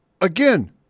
Again